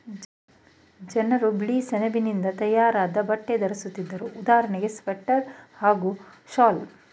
ಜನ್ರು ಬಿಳಿಸೆಣಬಿನಿಂದ ತಯಾರಾದ್ ಬಟ್ಟೆ ಧರಿಸ್ತಿದ್ರು ಉದಾಹರಣೆಗೆ ಸ್ವೆಟರ್ ಹಾಗೂ ಶಾಲ್